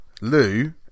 Lou